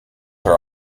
are